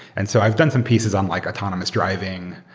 and so i've done some pieces on like autonomous driving.